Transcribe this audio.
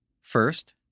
First